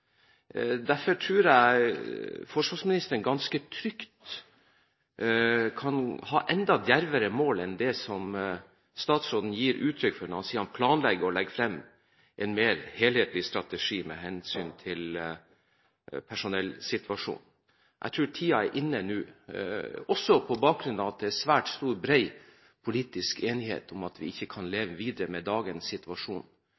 gir uttrykk for når han sier at han planlegger å legge frem en mer helhetlig strategi med hensyn til personellsituasjonen. Jeg tror tiden er inne nå – også på bakgrunn av at det er stor og bred politisk enighet om at vi ikke kan